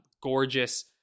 Gorgeous